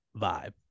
vibe